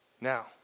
Now